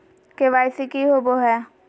KYC की होबो है?